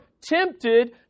tempted